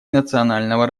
национального